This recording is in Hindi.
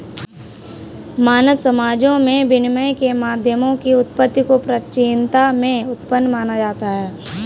मानव समाजों में विनिमय के माध्यमों की उत्पत्ति को प्राचीनता में उत्पन्न माना जाता है